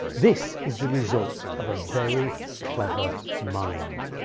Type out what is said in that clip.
this is the result of a very clever mind